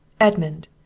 Edmund